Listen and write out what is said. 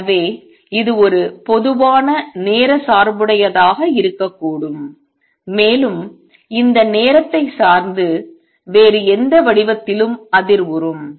எனவே இது ஒரு பொதுவான நேர சார்புடையதாக இருக்கக்கூடும் மேலும் இது நேரத்தை சார்ந்து வேறு எந்த வடிவத்திலும் அதிர்வுறும்